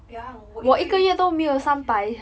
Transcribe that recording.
!wahpiang! 我一个月 ya